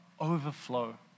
overflow